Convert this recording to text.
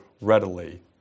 readily